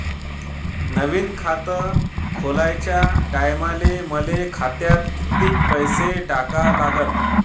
नवीन खात खोलाच्या टायमाले मले खात्यात कितीक पैसे टाका लागन?